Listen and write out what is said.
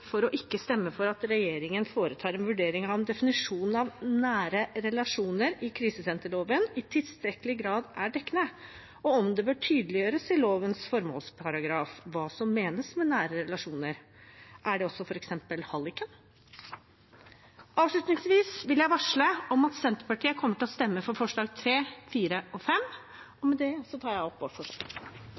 for ikke å stemme for at regjeringen foretar en vurdering av «om definisjonen av «nære relasjoner» i krisesenterloven i tilstrekkelig grad er dekkende, og om det bør tydeliggjøres i lovens formålsparagraf hva som menes med nære relasjoner»? Er det f.eks. også halliken? Avslutningsvis vil jeg varsle om at Senterpartiet kommer til å stemme for forslagene nr. 3, 4 og 5. Med det tar jeg opp vårt forslag.